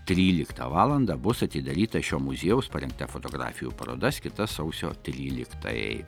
tryliktą valandą bus atidaryta šio muziejaus parengta fotografijų paroda skirta sausio tryliktajai